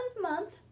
month